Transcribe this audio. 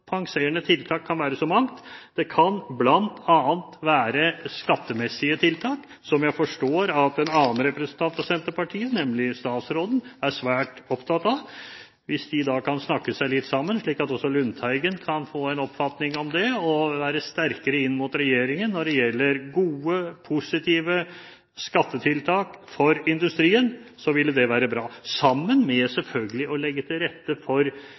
Kompenserende tiltak kan være så mangt. Det kan bl.a. være skattemessige tiltak, som jeg forstår at en annen representant for Senterpartiet, nemlig statsråden, er svært opptatt av. Hvis de da kan snakke seg litt sammen, slik at også Lundteigen kan få en oppfatning om det og være sterkere inn mot regjeringen når det gjelder gode, positive skattetiltak for industrien, ville det være bra. Det samme vil selvfølgelig være å legge til rette for